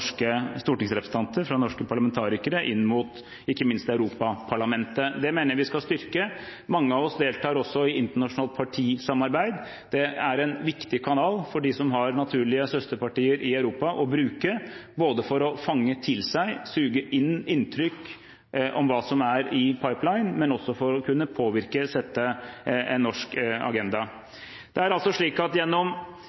stortingsrepresentanter, fra norske parlamentarikere, inn mot ikke minst Europaparlamentet. Det mener jeg vi skal styrke. Mange av oss deltar også i internasjonalt partisamarbeid. Det er en viktig kanal å bruke for dem som har naturlige søsterpartier i Europa for å fange til seg og suge inn inntrykk om hva som er i pipeline, men også for å kunne påvirke og sette en norsk agenda.